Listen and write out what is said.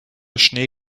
schnee